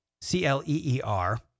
C-L-E-E-R